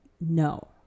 No